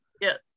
yes